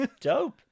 Dope